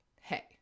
hey